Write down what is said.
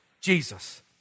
Jesus